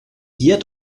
hier